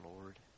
Lord